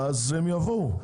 אז הם יבואו,